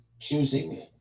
choosing